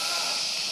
ברוך הבא.